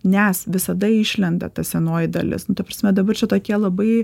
nes visada išlenda ta senoji dalis nu ta prasme dabar čia tokie labai